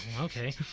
okay